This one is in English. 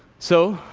so,